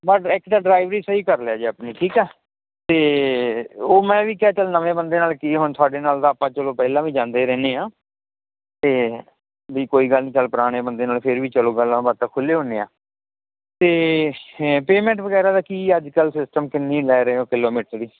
ਬਸ ਐਤਕਾਂ ਡਰਾਈਵਰੀ ਸਹੀ ਕਰ ਲਿਆ ਜੇ ਆਪਣੀ ਠੀਕ ਐ ਤੇ ਉਹ ਮੈਂ ਵੀ ਕਿਹਾ ਚਲ ਨਵੇਂ ਬੰਦੇ ਨਾਲ ਕੀ ਹੁਣ ਤੁਹਾਡੇ ਨਾਲ ਤਾਂ ਆਪਾਂ ਚਲੋ ਪਹਿਲਾਂ ਵੀ ਜਾਂਦੇ ਰਹਿੰਨੇ ਆਂ ਤੇ ਵੀ ਕੋਈ ਗੱਲ ਨੀ ਚਲ ਪੁਰਾਣੇ ਬੰਦੇ ਨਾਲ ਫੇਰ ਵੀ ਚਲੋ ਗੱਲਾਂ ਬਾਤਾਂ ਖੁੱਲੀਆਂ ਹੁੰਦੀਆਂ ਤੇ ਪੇਮੈਂਟ ਵਗੈਰਾ ਦਾ ਕੀ ਅੱਜ ਕੱਲ ਸਿਸਟਮ ਕਿੰਨੀ ਲੈ ਰਹੇ ਓ ਕਿਲੋਮੀਟਰ ਦੀ